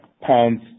pounds